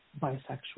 bisexual